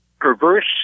perverse